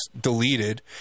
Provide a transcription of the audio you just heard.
deleted